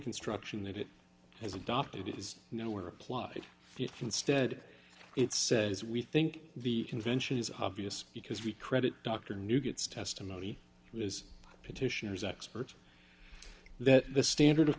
construction that it has adopted is nowhere applied if instead it says we think the invention is obvious because we credit dr new gets testimony which is petitioners expert that the standard of